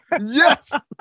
Yes